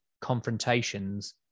confrontations